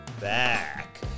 back